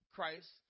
Christ